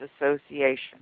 Association